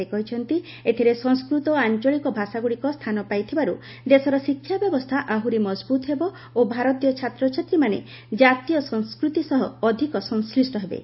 ସେ କହିଛନ୍ତି ଏଥିରେ ସଂସ୍କୃତ ଓ ଆଞ୍ଚଳିକ ଭାଷାଗୁଡ଼ିକ ସ୍ଥାନ ପାଇଥିବାରୁ ଦେଶର ଶିକ୍ଷା ବ୍ୟବସ୍ଥା ଆହୁରି ମଜଭୁତ ହେବ ଓ ଭାରତୀୟ ଛାତ୍ରଛାତ୍ରୀମାନେ ଜାତୀୟ ସଂସ୍କୃତି ସହ ଅଧିକ ସଂଶ୍ଳିଷ୍ଟ ହେବେ